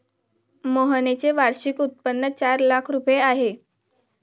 मोहनचे वार्षिक उत्पन्न चार लाख रुपये आहे